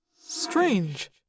Strange